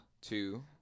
two